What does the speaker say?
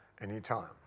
anytime